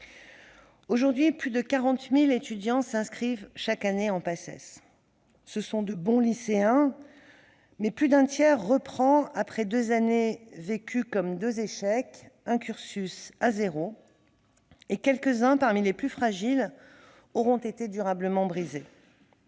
Aujourd'hui, plus de 40 000 étudiants s'inscrivent chaque année en Paces ; ce sont de bons lycéens, mais plus d'un tiers d'entre eux reprennent à zéro, après deux années vécues comme deux échecs, un cursus, et quelques-uns, parmi les plus fragiles, en sont durablement brisés.